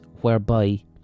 whereby